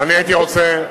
רוצה,